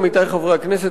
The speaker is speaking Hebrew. עמיתי חברי הכנסת,